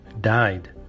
died